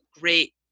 great